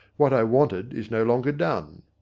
what i wanted is no longer done.